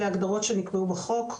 שנקבעו בחוק.